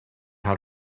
how